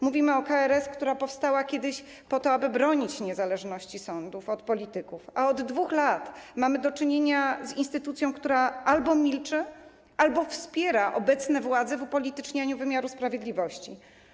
Mówimy o KRS, która powstała kiedyś po to, aby bronić niezależności sądów od polityków, a od 2 lat mamy do czynienia z instytucją, która albo milczy, albo wspiera obecne władze w upolitycznianiu wymiaru sprawiedliwości.